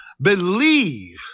believe